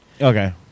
Okay